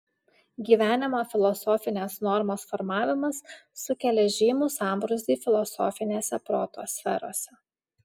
gyvenimo filosofinės normos formavimas sukelia žymų sambrūzdį filosofinėse proto sferose